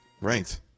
Right